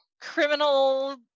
criminal